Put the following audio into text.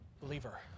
Believer